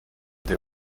the